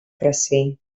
κρασί